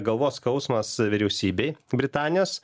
galvos skausmas vyriausybei britanijos